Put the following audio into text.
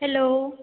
hello